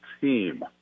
team